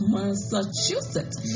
Massachusetts